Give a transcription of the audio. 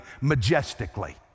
majestically